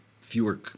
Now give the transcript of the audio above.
fewer